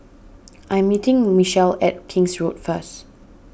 I'm meeting Michel at King's Road first